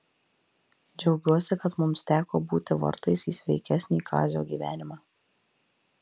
džiaugiuosi kad mums teko būti vartais į sveikesnį kazio gyvenimą